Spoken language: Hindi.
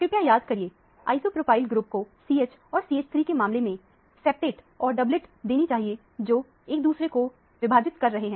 कृपया याद करिए आइसोप्रोपाइल ग्रुप को CH और CH3 कि मामले में सेप्टेटऔर डबलएट देनी चाहिए जो एक दूसरे को विभाजित कर रहे हैं